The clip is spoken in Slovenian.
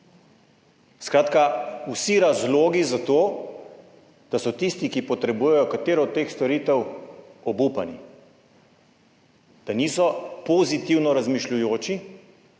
vsi razlogi za to, da so tisti, ki potrebujejo katero od teh storitev, obupani, da niso pozitivno razmišljujoči,